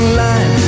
line